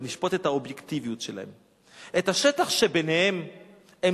ונשפוט את האובייקטיביות שלו: "את השטח שביניהם הם